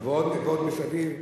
ועוד מסביב,